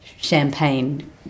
Champagne